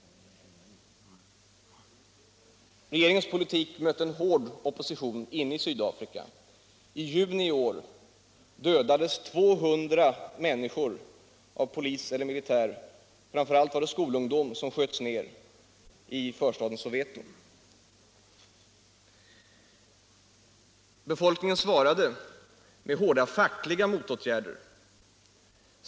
Regeringens politik mötte en hård opposition inne i Sydafrika. I juni i år dödades 200 människor av polis och militär, framför allt var det skolungdom som sköts ner i förstaden Soweto. Befolkningen svarade med hårda fackliga motåtgärder.